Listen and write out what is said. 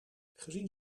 gezien